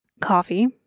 coffee